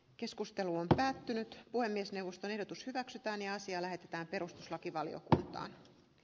keskustelu on päättynyt puhemiesneuvoston ehdotus hyväksytään ja asia näkee tarpeellisiksi